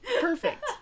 Perfect